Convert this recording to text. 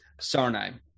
Sarnai